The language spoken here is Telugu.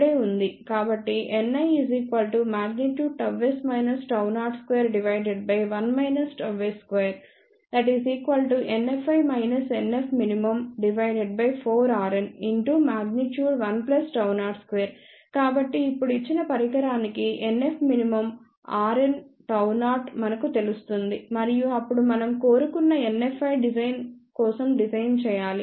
కాబట్టి Nis 021 s2NFi NFmin4rn102 కాబట్టి ఇప్పుడు ఇచ్చిన పరికరానికి NFmin rn Γ0 మనకు తెలుస్తుంది మరియు అప్పుడు మనం కోరుకున్న NFi కోసం డిజైన్ చేయాలి